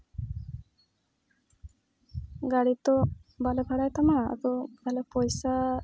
ᱜᱟᱹᱲᱤ ᱛᱚ ᱵᱟᱞᱮ ᱵᱷᱟᱲᱟᱭ ᱛᱟᱢᱟ ᱟᱫᱚ ᱛᱟᱞᱦᱮ ᱯᱚᱭᱥᱟ